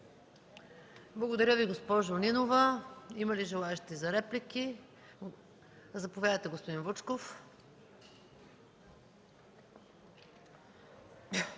Благодаря Ви, госпожо Нинова. Има ли желаещи за реплики? Заповядайте, господин Вучков.